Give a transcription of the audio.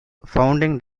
founding